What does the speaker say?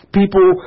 people